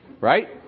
right